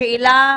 השאלה